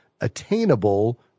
attainable